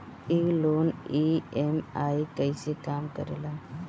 ई loan EMI कईसे काम करेला?